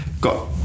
got